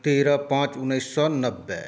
तेरह पाँच उन्नैस सए नब्बे